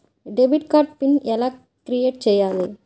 Debit card PIN ఎలా create చెయ్యాలి?